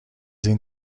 این